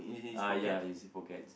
uh ya is his pockets